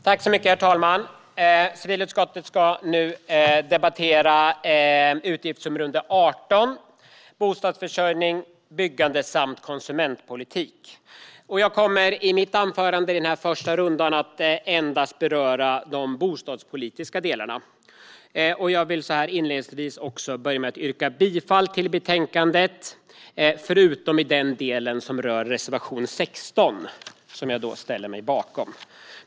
Herr talman! Civilutskottet debatterar nu utgiftsområde 18 Bostadsförsörjning och byggande samt konsumentpolitik. Jag kommer i mitt anförande i den här första rundan att endast beröra de bostadspolitiska delarna. Jag vill så här inledningsvis yrka bifall till förslaget i betänkandet förutom i den del som rör reservation 16 som jag ställer mig bakom.